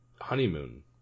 Honeymoon